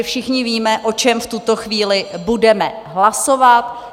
Všichni víme, o čem v tuto chvíli budeme hlasovat.